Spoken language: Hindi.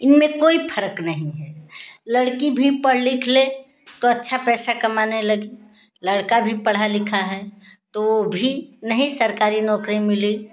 इनमें कोई फ़रक नहीं है लड़की भी पढ़ लिख ले तो अच्छा पैसा कमाने लगी लड़का भी पढ़ा लिखा है तो भी नहीं सरकारी नौकरी मिली